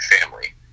family